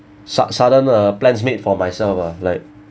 su~ sudden uh plans made for myself uh like